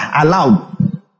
aloud